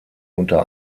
unter